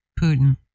Putin